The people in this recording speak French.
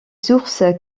sources